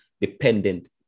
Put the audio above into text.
dependent